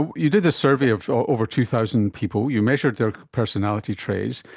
and you did this survey of over two thousand people, you measured their personality traits,